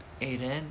Aiden